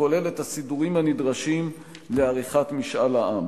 הכולל את כל הסידורים הנדרשים לעריכת משאל עם.